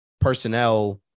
personnel